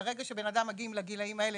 שברגע שבני אדם מגיעים לגילים האלה,